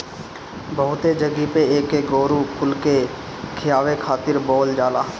बहुते जगही पे एके गोरु कुल के खियावे खातिर बोअल जाला